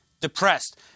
depressed